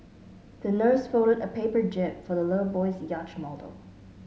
the nurse folded a paper jib for the little boy's yacht model